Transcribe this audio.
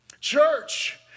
Church